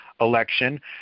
election